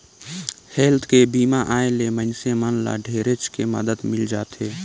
health के बीमा आय ले मइनसे मन ल ढेरेच के मदद मिल जाथे